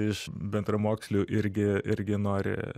iš bendramokslių irgi irgi nori